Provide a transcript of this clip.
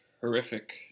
horrific